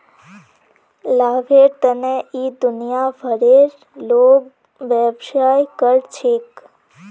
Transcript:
लाभेर तने इ दुनिया भरेर लोग व्यवसाय कर छेक